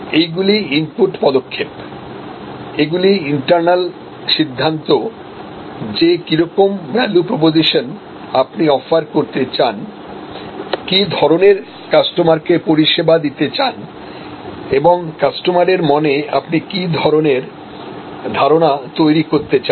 এইগুলি ইনপুট পদক্ষেপ এগুলি ইন্টারনাল সিদ্ধান্ত যে কিরকম ভ্যালু প্রপোজিশন আপনি অফার করতে চান কি ধরনের কাস্টমারকে পরিষেবা দিতে চান এবং কাস্টমারের মনে আপনি কি রকম ধরনের ধারণা তৈরি করতে চান